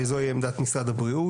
זוהי עמדת משרד הבריאות,